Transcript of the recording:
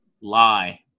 Lie